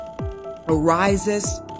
arises